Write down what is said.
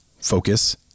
focus